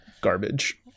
garbage